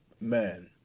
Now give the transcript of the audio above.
Man